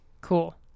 Cool